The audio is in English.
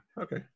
okay